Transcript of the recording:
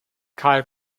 karl